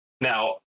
Now